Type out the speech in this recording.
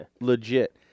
legit